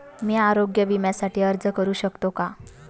मी आरोग्य विम्यासाठी अर्ज करू शकतो का?